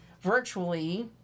virtually